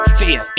fear